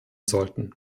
sollten